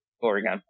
Oregon